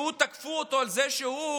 שתקפו אותו על זה שהוא,